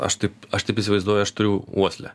aš taip aš taip įsivaizduoju aš turiu uoslę